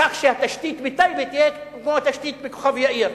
כך שהתשתית בטייבה תהיה כמו התשתית בכוכב-יאיר.